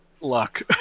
luck